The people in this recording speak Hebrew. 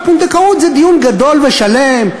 הפונדקאות זה דיון גדול ושלם,